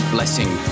Blessing